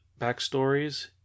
backstories